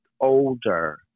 older